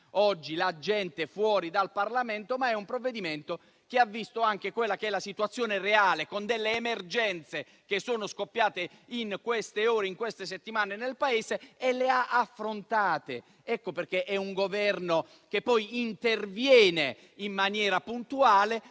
oggi la gente fuori dal Parlamento, ma ha visto anche quella che è la situazione reale, con delle emergenze che sono scoppiate in queste settimane nel Paese e le ha affrontate. Ecco perché è un Governo che interviene in maniera puntuale